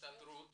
ההסתדרות